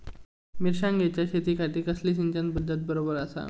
मिर्षागेंच्या शेतीखाती कसली सिंचन पध्दत बरोबर आसा?